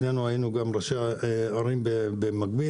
שנינו היינו גם ראשי ערים במקביל.